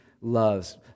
loves